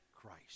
Christ